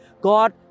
God